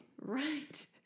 Right